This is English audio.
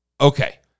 Okay